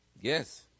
Yes